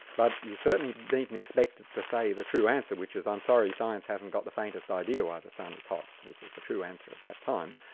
but you certainly needn't expect it to say the true answer, which is, i'm sorry, science hasn't got the faintest idea why the sun is hot', which was the true answer at that time.